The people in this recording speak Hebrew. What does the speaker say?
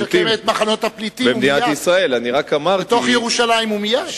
צריך לשקם את מחנות הפליטים בתוך ירושלים, ומייד.